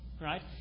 right